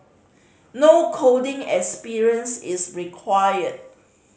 no coding experience is required